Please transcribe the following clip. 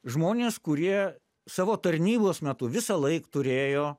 žmonės kurie savo tarnybos metu visąlaik turėjo